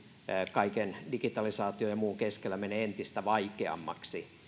kaiken digitalisaation ja muun keskellä menee entistä vaikeammaksi